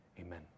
Amen